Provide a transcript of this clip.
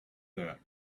that